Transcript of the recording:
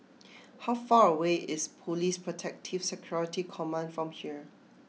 how far away is Police Protective Security Command from here